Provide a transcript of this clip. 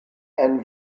and